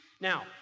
Now